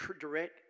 direct